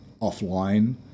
offline